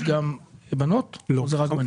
יש גם בנות או שזה רק בנים?